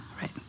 right